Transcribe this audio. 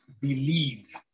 believe